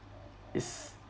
is